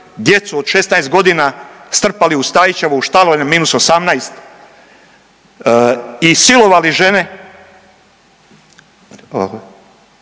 djecu od 16 godina, strpali u Stajićevo u štalu na -18 i silovali žene